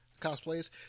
cosplays